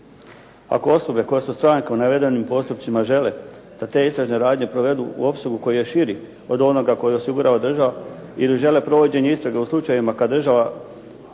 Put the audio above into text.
Ako osobe koje su stranke u navedenim postupcima žele da te istražne radnje provedu u opsegu koji je širi od onoga kojeg osigurava država ili žele provođenje istrage u slučajevima kad država